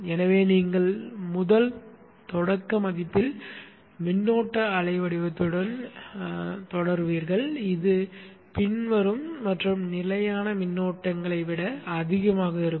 எனவே நீங்கள் முதல் தொடக்க மதிப்பில் மின்னோட்ட அலை வவடிவத்தை பெறுவீர்கள் இது பின்வரும் மற்றும் நிலையான மின்னோட்டங்களை விட அதிகமாக இருக்கும்